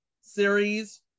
series